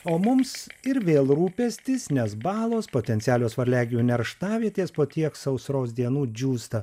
o mums ir vėl rūpestis nes balos potencialios varliagyvių nerštavietės po tiek sausros dienų džiūsta